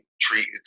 treated